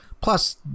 plus